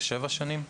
שבע שנים?